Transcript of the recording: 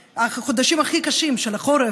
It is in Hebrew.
בחודשים הכי קשים של החורף,